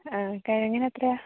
കിഴങ്ങിനെത്രയാ